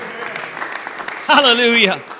Hallelujah